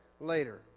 later